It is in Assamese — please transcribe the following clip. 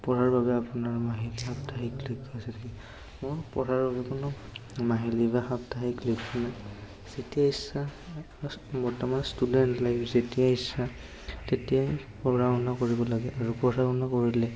পঢ়াৰ বাবে আপোনাৰ মাহিলী সাপ্তাহিক লক্ষ্য হৈছে মোৰ পঢ়াৰ যি কোনো মাহিলী বা সাপ্তাহিক লক্ষ্য নাই যেতিয়া ইচ্ছা বৰ্তমান ষ্টুডেণ্ট লাইফ যেতিয়া ইচ্ছা তেতিয়াই পঢ়া শুনা কৰিব লাগে আৰু পঢ়া শুনা কৰিলে